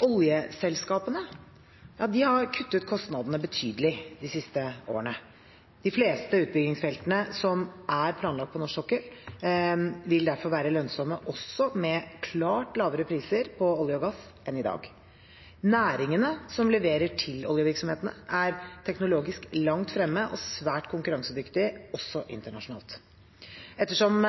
Oljeselskapene har kuttet kostnadene betydelig de siste årene. De fleste utbyggingsfeltene som er planlagt på norsk sokkel, vil derfor være lønnsomme også med klart lavere priser på olje og gass enn i dag. Næringene som leverer til oljevirksomhetene, er teknologisk langt fremme og svært konkurransedyktige – også internasjonalt. Ettersom